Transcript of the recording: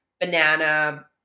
banana